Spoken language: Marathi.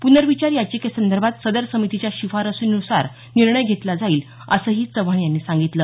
पूनर्विचार याचिकेसंदर्भात सदर समितीच्या शिफारसीनुसार निर्णय घेतला जाईल असंही चव्हाण यांनी सांगितलं